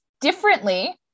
differently